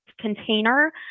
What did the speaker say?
container